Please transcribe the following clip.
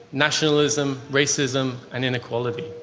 nationalism, racism and inequality.